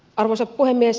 arvoisa puhemies